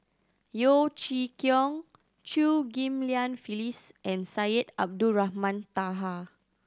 Yeo Chee Kiong Chew Ghim Lian Phyllis and Syed Abdulrahman Taha